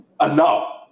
enough